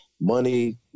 money